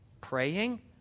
praying